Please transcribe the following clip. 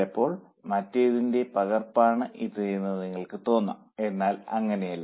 ചിലപ്പോൾ മറ്റേതിനെന്റെ പകർപ്പാണ് ഇത് എന്ന് നിങ്ങൾക്ക് തോന്നാം എന്നാൽ അങ്ങനെയല്ല